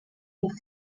move